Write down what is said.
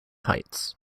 heights